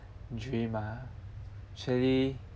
dream ah actually